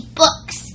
books